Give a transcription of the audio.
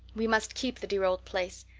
we must keep the dear old place.